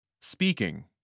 Speaking